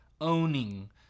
owning